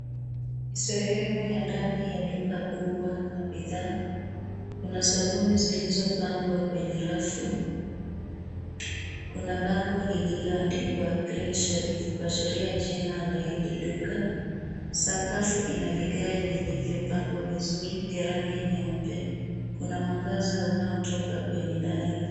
Ni sehemu ya ndani ya duka kubwa la bidhaa, kuna sabuni zilizopangwa kwenye rafu. Kuna bango lililoandikwa Cleanshelf kuashiria jina la hili duka. Sakafu ina vigae vilivyopangwa vizuri vya rangi nyeupe. Kuna mwangaza unaotoka kwenye dari.